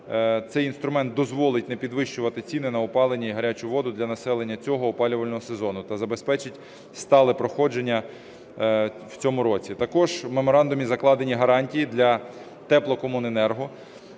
Цей інструмент дозволить не підвищувати ціни на опалення та гарячу воду для населення цього опалювального сезону та забезпечить стале проходження в цьому році. Також в меморандумі закладені гарантії для Теплокомуненерго,